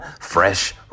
fresh